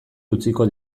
utziko